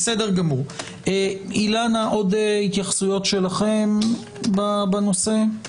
אילנה, עוד התייחסויות שלכם בנושא?